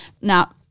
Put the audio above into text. Now